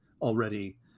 already